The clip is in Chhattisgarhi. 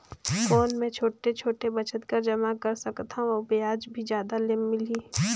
कौन मै छोटे छोटे बचत कर जमा कर सकथव अउ ब्याज भी जादा मिले?